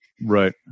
Right